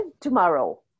tomorrow